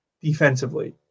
defensively